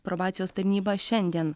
probacijos tarnyba šiandien